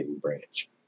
branch